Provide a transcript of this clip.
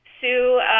sue